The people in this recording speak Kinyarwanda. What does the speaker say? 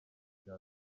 bya